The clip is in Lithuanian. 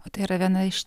o tai yra viena iš